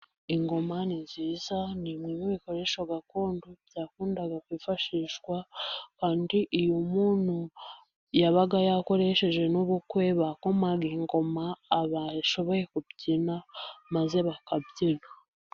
Ingoma ni nziza, ni bimwe mu bikoresho gakondo byakundaga kwifashishwa, kandi iyo umuntu yabaga yakoresheje n'ubukwe bakomaga ingoma, abashoboye kubyina maze bakabyina.